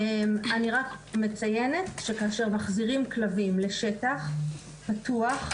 אני רק מציינת שכאשר מחזירים כלבים לשטח פתוח,